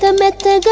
so matter